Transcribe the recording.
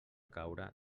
caure